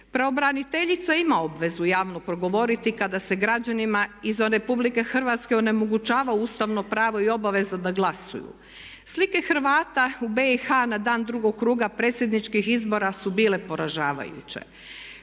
Pravobraniteljica ima obvezu javno progovoriti kada se građanima izvan RH onemogućava ustavno pravo i obaveza da glasuju. Slike Hrvata u BIH na dan drugog kruga predsjedničkih izbora su bile poražavajuće.